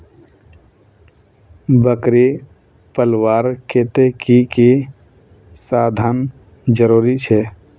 बकरी पलवार केते की की साधन जरूरी छे?